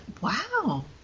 Wow